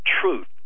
truth